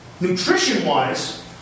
nutrition-wise